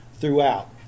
throughout